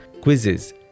quizzes